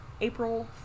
April